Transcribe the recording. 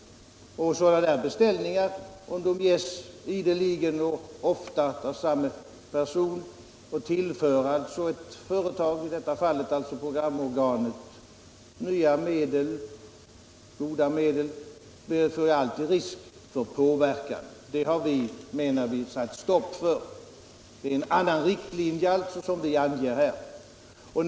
Sådana beställningar tillför ett företag — i detta fall programorganet — nya, goda medel, och görs de ideligen av samma person medför det alltid risk för påverkan. Det har vi, menar jag, satt stopp för. Vi anger alltså en annan riktlinje än den ursprungliga propositionen.